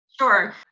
Sure